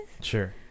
Sure